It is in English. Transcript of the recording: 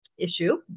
issue